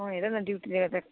म हेर न ड्युटीले गर्दा